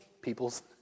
peoples